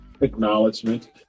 acknowledgement